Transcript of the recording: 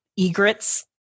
Egrets